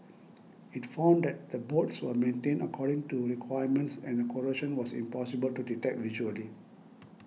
it found that the bolts were maintained according to requirements and the corrosion was impossible to detect visually